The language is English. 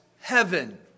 heaven